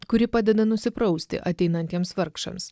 kuri padeda nusiprausti ateinantiems vargšams